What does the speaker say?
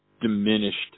diminished